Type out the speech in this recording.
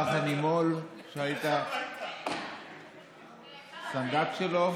לרך הנימול שהיית סנדק שלו?